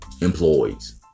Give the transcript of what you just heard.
employees